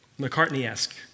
McCartney-esque